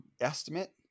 estimate